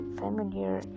familiar